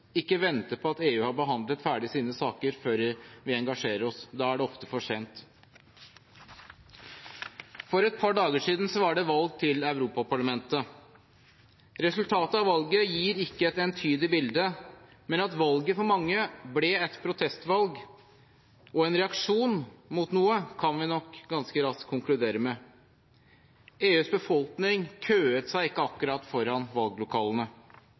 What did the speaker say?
ikke vente på at EU har behandlet ferdig sine saker før vi engasjerer oss. Da er det ofte for sent. For et par dager siden var det valg til Europaparlamentet. Resultatet av valget gir ikke et entydig bilde, men at valget for mange ble et protestvalg og en reaksjon mot noe, kan vi nok ganske raskt konkludere med. EUs befolkning køet seg ikke akkurat foran valglokalene.